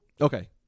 okay